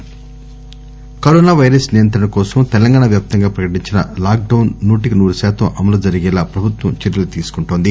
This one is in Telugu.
లాక్ డౌస్ కరోనా పైరస్ నియంత్రణ కోసం తెలంగాణ వ్యాప్తంగా ప్రకటించిన లాక్ డౌస్ నూటికి నూరు శాతం అమలు జరిగేలా ప్రభుత్వం చర్యలు తీసుకుంటోంది